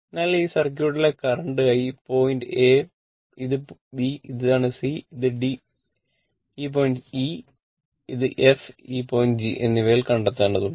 അതിനാൽ ഈ സർക്യൂട്ടലെ കറന്റ് I പോയിന്റ് a ഇത് b ഇതാണ് c ഇത് d ഈ പോയിന്റ് e ഇത് f ഈ പോയിന്റ് g എന്നിവയിൽ കണ്ടെത്തേണ്ടതുണ്ട്